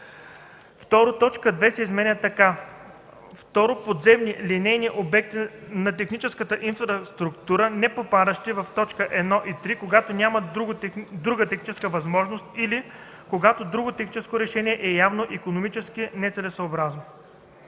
2 се изменя така: „2. подземни линейни обекти на техническата инфраструктура, непопадащи в т. 1 и 3 – когато няма друга техническа възможност или когато друго техническо решение е явно икономически нецелесъобразно.”